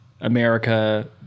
America